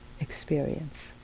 experience